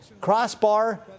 crossbar